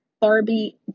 Barbie